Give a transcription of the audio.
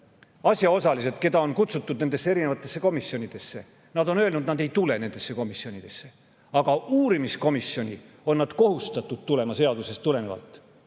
asjaosalised, keda on kutsutud nendesse erinevatesse komisjonidesse, on öelnud, et nad ei tule nendesse komisjonidesse, aga uurimiskomisjoni on nad kohustatud tulema seadusest tulenevalt.